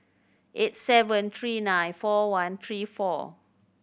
eight seven three nine four one three four